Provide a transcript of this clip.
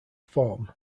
form